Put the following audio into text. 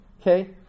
Okay